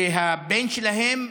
שהבן שלהם,